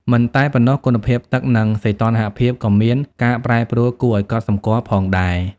មិនតែប៉ុណ្ណោះ គុណភាពទឹក និងសីតុណ្ហភាពក៏មានការប្រែប្រួលគួរឱ្យកត់សម្គាល់ផងដែរ។